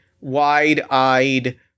wide-eyed